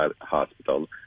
hospital